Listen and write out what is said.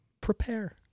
prepare